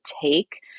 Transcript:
take